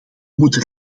moeten